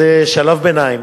זה שלב ביניים